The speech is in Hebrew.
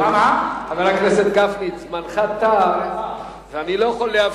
חבר הכנסת גפני, זמנך תם, ואני לא יכול לאפשר.